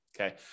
okay